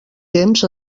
temps